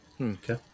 Okay